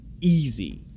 easy